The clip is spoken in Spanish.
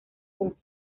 con